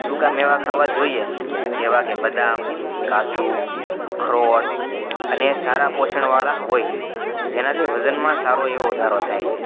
સૂકા મેવા ખાવા જોઈએ જેવાં કે બદામ કાજુ અખરોટ અને સારા પોષણવાળા હોય જેનાથી વજનમાં સારો એવો વધારો થાય છે